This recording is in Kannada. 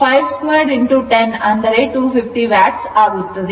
I ನ rms ಮೌಲ್ಯ 5 ampere ಆಗಿದ್ದು 52 10250 ವ್ಯಾಟ್ ಆಗುತ್ತದೆ